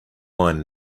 mine